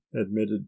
admitted